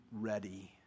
ready